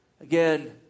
Again